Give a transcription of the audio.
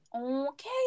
Okay